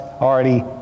already